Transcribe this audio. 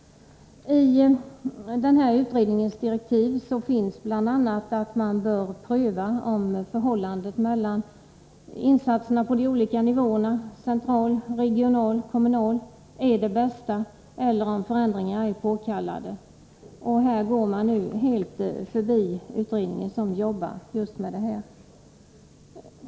I den här utredningens direktiv ingår bl.a. att man bör pröva om förhållandet mellan insatserna på de olika nivåerna — central, regional och kommunal — är det bästa eller om förändringar är påkallade. Här går man nu helt förbi den utredning som arbetar just med detta.